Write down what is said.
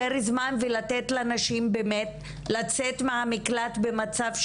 זמן ולתת לנשים לצאת מהמקלט יותר מכוונות.